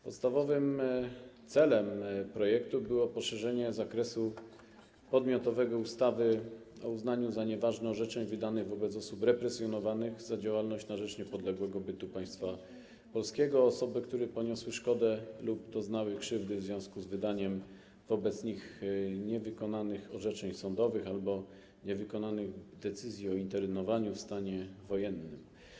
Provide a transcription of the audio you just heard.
Podstawowym celem projektu było poszerzenie zakresu podmiotowego ustawy o uznaniu za nieważne orzeczeń wydanych wobec osób represjonowanych za działalność na rzecz niepodległego bytu Państwa Polskiego o osoby, które poniosły szkodę lub doznały krzywdy w związku z wydaniem wobec nich niewykonanych orzeczeń sądowych albo niewykonanych decyzji o internowaniu w stanie wojennym.